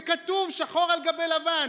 זה כתוב שחור על גבי לבן,